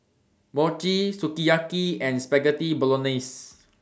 Mochi Sukiyaki and Spaghetti Bolognese